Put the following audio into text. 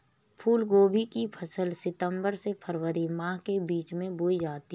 फूलगोभी की फसल सितंबर से फरवरी माह के बीच में बोई जाती है